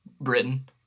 Britain